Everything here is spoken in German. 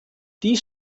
dies